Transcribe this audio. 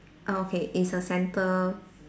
oh okay it's a centi~